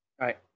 Right